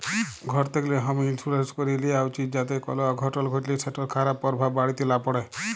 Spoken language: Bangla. ঘর থ্যাকলে হম ইলসুরেলস ক্যরে লিয়া উচিত যাতে কল অঘটল ঘটলে সেটর খারাপ পরভাব বাড়িতে লা প্যড়ে